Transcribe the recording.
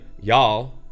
y'all